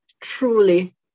truly